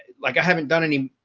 like i haven't done any